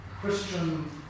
Christian